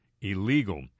illegal